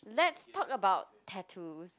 let's talk about tattoos